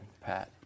Pat